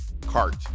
cart